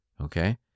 okay